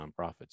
nonprofits